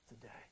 today